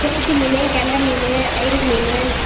கெளுத்தி மீன் கெண்டை மீன் அயிரை மீன்